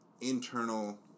internal